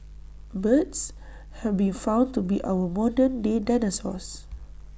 birds have been found to be our modern day dinosaurs